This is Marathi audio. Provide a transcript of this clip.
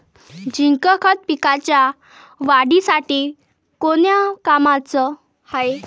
झिंक खत पिकाच्या वाढीसाठी कोन्या कामाचं हाये?